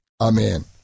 amen